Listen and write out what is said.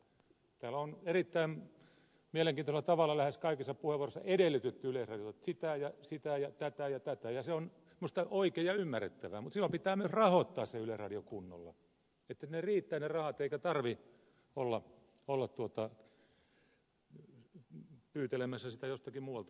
täällä on erittäin mielenkiintoisella tavalla lähes kaikissa puheenvuoroissa edellytetty yleisradiolta sitä ja sitä ja tätä ja tätä ja se on minusta oikein ja ymmärrettävää mutta silloin pitää myös rahoittaa se yleisradio kunnolla että ne rahat riittävät eikä tarvitse olla pyytelemässä niitä jostakin muualta